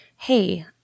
hey